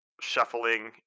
shuffling